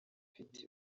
mfite